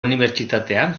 unibertsitatean